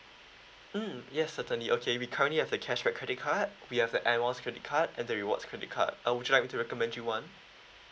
mm yes certainly okay we currently have a cashback credit card we have air miles credit card and the rewards credit card uh would you like to recommend you one